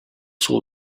saw